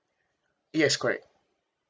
yes correct